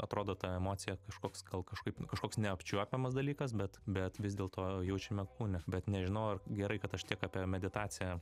atrodo ta emocija kažkoks gal kažkaip kažkoks neapčiuopiamas dalykas bet bet vis dėlto jaučiame kūne bet nežinau ar gerai kad aš tiek apie meditaciją